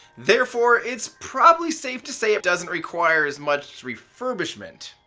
therefore it's probably safe to say it doesn't require as much refurbishment,